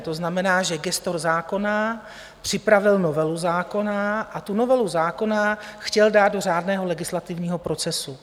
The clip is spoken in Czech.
To znamená, že gestor zákona připravil novelu zákona a tu novelu zákona chtěl dát do řádného legislativního procesu.